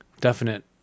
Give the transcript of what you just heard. definite